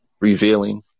revealing